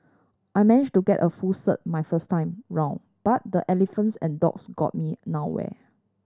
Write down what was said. I managed to get a full cert my first time round but the elephants and dogs got me nowhere